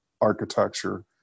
architecture